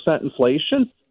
inflation